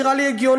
נראה לי הגיוני.